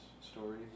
story